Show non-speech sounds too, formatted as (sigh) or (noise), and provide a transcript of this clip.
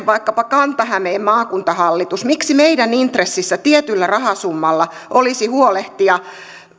(unintelligible) vaikkapa kanta hämeen maakuntahallituksen intressissä tietyllä rahasummalla olisi huolehtia